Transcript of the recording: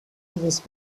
was